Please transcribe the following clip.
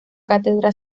cátedra